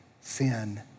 sin